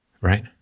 right